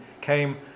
came